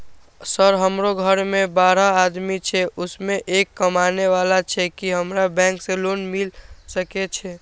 Sir हमरो घर में बारह आदमी छे उसमें एक कमाने वाला छे की हमरा बैंक से लोन मिल सके छे?